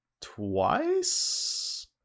twice